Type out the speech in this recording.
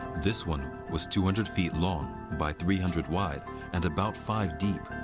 this one was two hundred feet long by three hundred wide and about five deep.